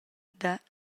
dad